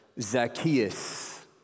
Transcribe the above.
Zacchaeus